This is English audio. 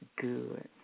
good